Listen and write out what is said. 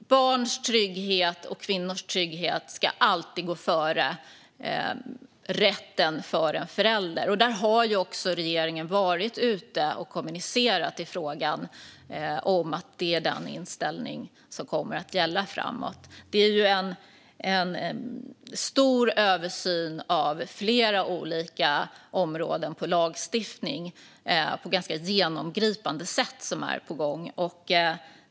Barns trygghet och kvinnors trygghet ska alltid gå före rätten för en förälder. Regeringen har också varit ute och kommunicerat i frågan att det är den inställning som kommer att gälla framåt. Det är en stor översyn av flera olika lagstiftningsområden på ett ganska genomgripande sätt som är på gång.